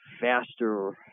faster